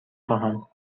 خواهم